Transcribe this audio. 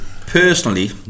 Personally